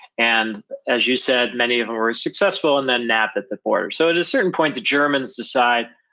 and as you said, many of them were successful and then nabbed at the border so at a certain point, the germans decide,